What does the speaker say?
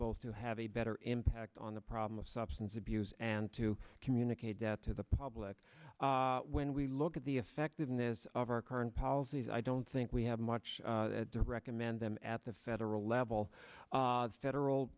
both to have a better impact on the problem of substance abuse and to communicate that to the public when we look at the effectiveness of our current policies i don't think we have much to recommend them at the federal level federal